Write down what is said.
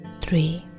Three